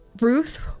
Ruth